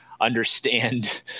understand